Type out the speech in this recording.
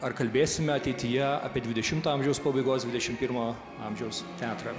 ar kalbėsime ateityje apie dvidešimto amžiaus pabaigos dvidešim pirmo amžiaus teatrą